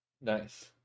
Nice